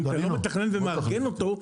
ואם נתכנן ונארגן אותו,